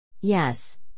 Yes